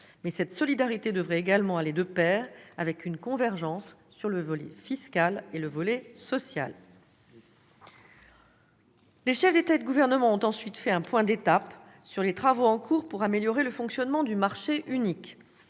mais cette solidarité devrait également aller de pair avec une convergence sur le volet social et fiscal. Les chefs d'État et de gouvernement ont ensuite fait un point d'étape sur les travaux en cours pour améliorer le fonctionnement du marché unique.